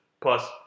Plus